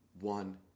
one